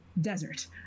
desert